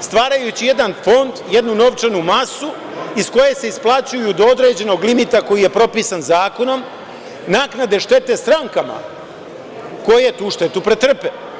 stvarajući jedan fond, jednu novčanu masu iz koje se isplaćuju do određenog limita, koji je propisan zakonom, naknade štete strankama koje tu štetu pretrpe.